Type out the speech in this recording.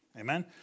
Amen